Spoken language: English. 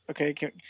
Okay